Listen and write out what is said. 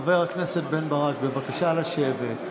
חבר הכנסת בן ברק, בבקשה לשבת.